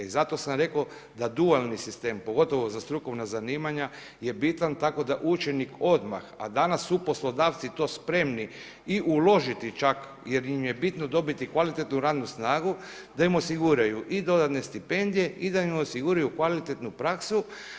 I zato sam rekao da dualni sistem pogotovo za strukovna zanimanja je bitan, tako da učenik odmah, a danas su poslodavci to spremni i uložiti čak jer im je bitno dobiti kvalitetnu radnu snagu, da im osiguraju i dodatne stipendije i da im osiguraju kvalitetnu praksu.